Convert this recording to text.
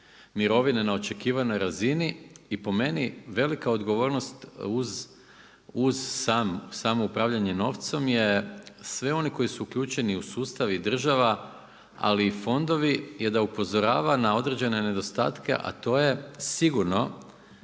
mirovine na očekivanoj razini. I po meni velika odgovornost uz samo upravljanje novcem je sve one koji su uključeni u sustav i država ali i fondovi je da upozorava na određene nedostatke, a to je sigurno